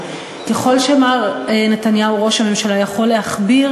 מי שיש לו יכול לקרוא,